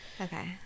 Okay